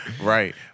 Right